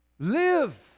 Live